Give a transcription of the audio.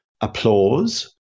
applause